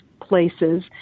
places